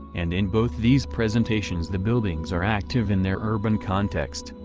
and in both these presentations the buildings are active in their urban context,